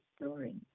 story